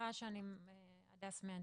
אני הדס מהנציבות.